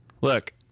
Look